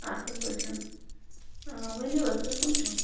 اَصٕل پٲٹھۍ آ ؤنِو حظ تُہۍ کٕم چھُو